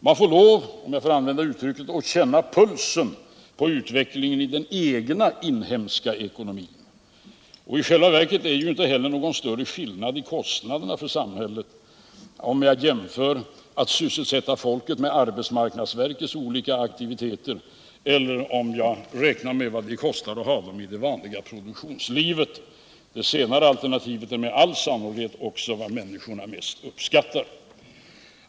Man får lov — om jag får använda uttrycket —- att känna pulsen på utvecklingen i den egna inhemska ekonomin. I själva verket är det ju inte heller någon större skillnad i kostnaderna för samhället att sysselsätta folket med arbetsmarknadsverkets olika aktiviteter i jämförelse med att ha dem ute i det vanliga produktionslivet. Det senare alternativet är med all sannolikhet också vad människorna mest uppskattar.